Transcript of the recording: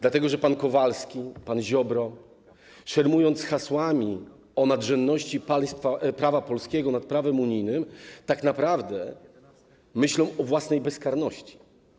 Dlatego, że pan Kowalski, pan Ziobro, szermując hasłami o nadrzędności prawa polskiego nad prawem unijnym, tak naprawdę myślą o własnej bezkarności.